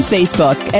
Facebook